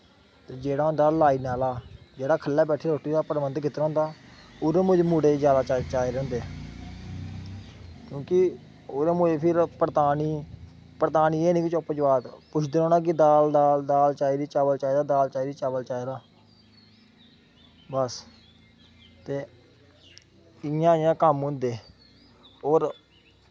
जेह्ड़ा होंदा लाइन आह्ला जेह्ड़ा ख'ल्ल बैठियै प्रबंध कीता दा होंदा ओह्दै च मुड़े जैदा चाहिदे होंदे ओह्दे बिच्च क्योंकि फिर पड़कानी परतानी एह् निं पुछदे रौंह्ना कि दाल दाल चावल चाव दाल चावल बस ते इ'यां गै कम्म होंदे होर